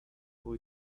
boy